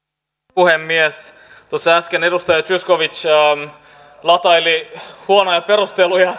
puhemies tuossa äsken edustaja zyskowicz lataili huonoja perusteluja